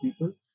people